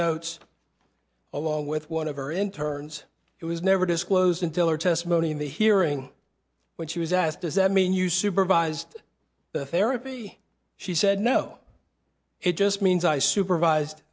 notes along with one of her in turns it was never disclosed until her testimony in the hearing when she was asked does that mean you supervised the therapy she said no it just means i supervised